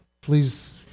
please